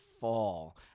fall